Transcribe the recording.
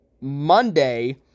Monday